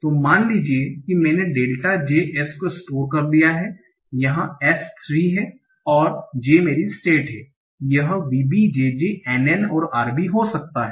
तो मान लीजिए कि मैंने डेल्टा j S को स्टोर कर लिया है यहाँ S 3 है और j मेरी स्टेट है यह VB JJ NN और RB हो सकता है